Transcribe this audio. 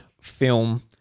film